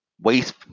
Waste